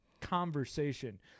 conversation